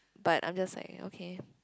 but I'm just like okay